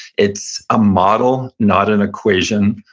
it's a model, not an equation,